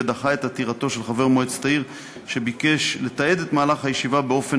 ודחה את עתירתו של חבר מועצת העיר שביקש לתעד את מהלך הישיבה באופן